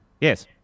Yes